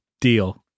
deal